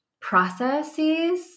processes